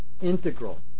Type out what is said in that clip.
integral